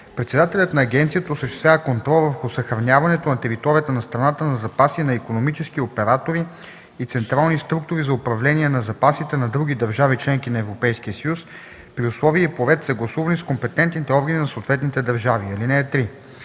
Председателят на агенцията осъществява контрол върху съхраняването на територията на страната на запаси на икономически оператори и централни структури за управление на запасите на други държави – членки на Европейския съюз, при условия и по ред, съгласувани с компетентните органи на съответните държави.